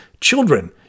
children